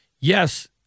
Yes